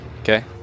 Okay